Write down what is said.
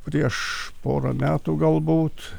prieš porą metų galbūt